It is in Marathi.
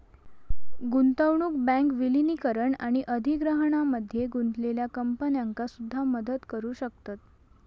गुंतवणूक बँक विलीनीकरण आणि अधिग्रहणामध्ये गुंतलेल्या कंपन्यांका सुद्धा मदत करू शकतत